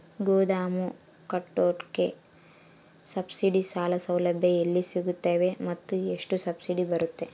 ಗೋದಾಮು ಕಟ್ಟೋಕೆ ಸಬ್ಸಿಡಿ ಸಾಲ ಸೌಲಭ್ಯ ಎಲ್ಲಿ ಸಿಗುತ್ತವೆ ಮತ್ತು ಎಷ್ಟು ಸಬ್ಸಿಡಿ ಬರುತ್ತೆ?